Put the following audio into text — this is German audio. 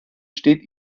steht